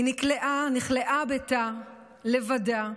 היא נכלאה בתא לבדה,